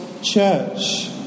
church